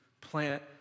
plant